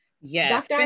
Yes